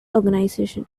organisation